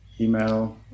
email